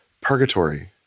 purgatory